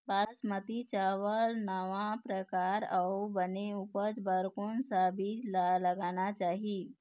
बासमती चावल नावा परकार अऊ बने उपज बर कोन सा बीज ला लगाना चाही?